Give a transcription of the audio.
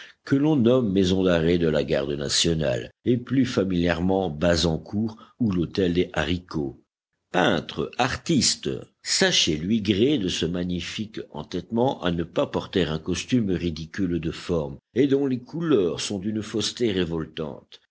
que l'on nomme maison d'arrêt de la garde nationale et plus familièrement bazancourt ou l'hôtel des haricots peintres artistes sachez lui gré de ce magnifique entêtement à ne pas porter un costume ridicule de forme et dont les couleurs sont d'une fausseté révoltante